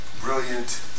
brilliant